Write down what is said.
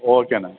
ஓகேண்ணே